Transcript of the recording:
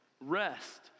Rest